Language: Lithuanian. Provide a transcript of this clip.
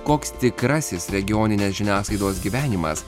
koks tikrasis regioninės žiniasklaidos gyvenimas